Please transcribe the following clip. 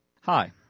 Hi